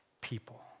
people